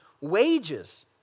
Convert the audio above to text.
wages